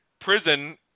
prison –